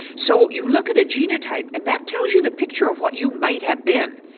so you look at a genotype and that tells you the picture of what you might have been.